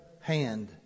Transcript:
hand